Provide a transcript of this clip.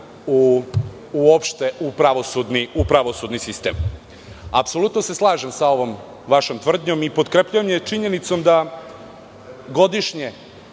uopšte u pravosudni sistem. Apsolutno se slažem sa ovom vašom tvrdnjom i potkrepljujem je činjenicom da je godišnje